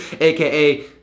AKA